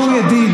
בתור ידיד,